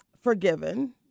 Forgiven